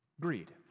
greed